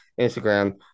Instagram